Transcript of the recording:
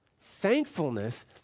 Thankfulness